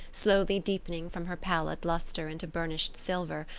slowly deepening from her pallid luster into burnished silver,